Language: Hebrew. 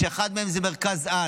ואחד מהם הוא מרכז-על,